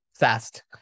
Fast